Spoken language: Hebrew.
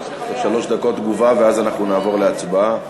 שלוש דקות תגובה, ואז אנחנו נעבור להצבעה.